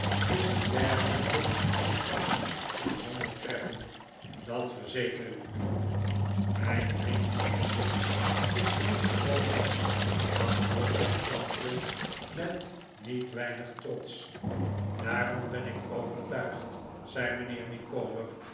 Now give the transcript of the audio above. is een dergelijke ontvangst bijzonder treffend dat verzeker ik u mijn vriend mijnheer dick is geen gewoon mensch antwoordde mijn tante met niet weinig trots daarvan ben ik overtuigd zei mijnheer